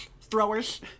throwers